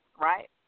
right